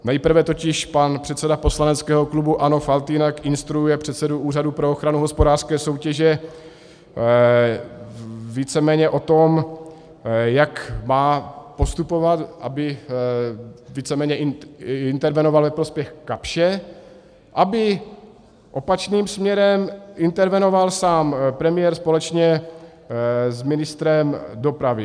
Nejprve totiž pan předseda poslaneckého klubu ANO Faltýnek instruuje předsedu Úřadu pro ochranu hospodářské soutěže o tom, jak má postupovat, aby víceméně intervenoval ve prospěch Kapsche, aby opačným směrem intervenoval sám premiér společně s ministrem dopravy.